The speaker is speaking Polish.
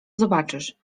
zobaczysz